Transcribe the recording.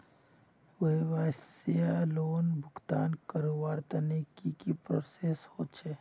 व्यवसाय लोन भुगतान करवार तने की की प्रोसेस होचे?